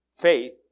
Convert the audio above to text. faith